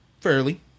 Fairly